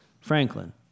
Franklin